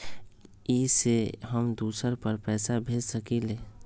इ सेऐ हम दुसर पर पैसा भेज सकील?